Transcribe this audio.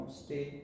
stay